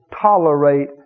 tolerate